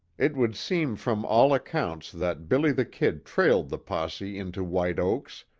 it would seem from all accounts that billy the kid trailed the posse into white oaks,